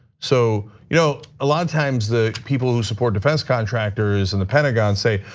so you know a lot of times, the people who support defense contractors in the pentagon say,